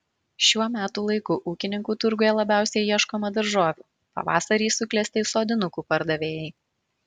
šiuo metų laiku ūkininkų turguje labiausiai ieškoma daržovių pavasarį suklesti sodinukų pardavėjai